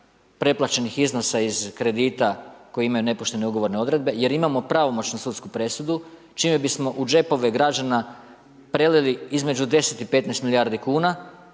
pretplaćenih iznosa iz kredita koji imaju nepoštene ugovorne odredbe jer imamo pravomoćnu sudsku presudu čime bismo u džepove građana prelili između 10 i 15 milijardi a